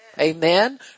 Amen